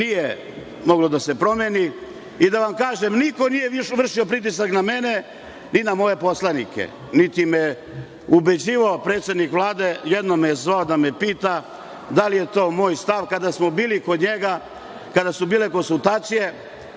nije moglo da se promeni.I, da vam kažem, niko nije vršio pritisak na mene, ni na moje poslanike, niti me je ubeđivao predsednik Vlade. Jednom me je zvao da me pita da li je to moj stav. Kada smo bili kod njega, kada su bile konsultacije,